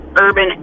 Urban